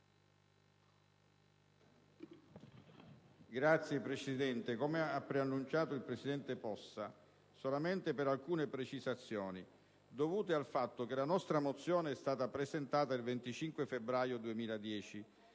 Signora Presidente, come ha preannunciato il presidente Possa, intervengo solamente per alcune precisazioni dovute al fatto che la nostra mozione è stata presentata il 25 febbraio 2010